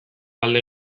alde